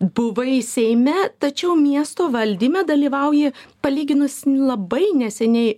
buvai seime tačiau miesto valdyme dalyvauji palyginus labai neseniai